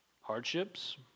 Hardships